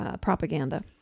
Propaganda